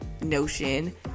notion